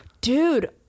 Dude